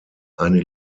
eine